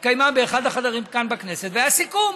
שהתקיימה באחד החדרים כאן בכנסת, והיה סיכום.